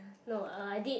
no uh I did